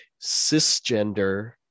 cisgender